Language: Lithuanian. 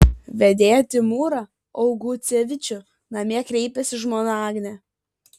vedėją timūrą augucevičių namie kreipiasi žmona agnė